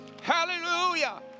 Hallelujah